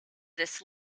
this